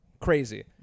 Crazy